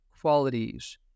qualities